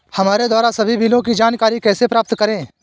हमारे द्वारा सभी बिलों की जानकारी कैसे प्राप्त करें?